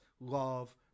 love